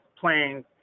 playing